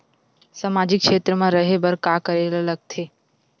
सामाजिक क्षेत्र मा रा हे बार का करे ला लग थे